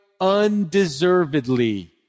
undeservedly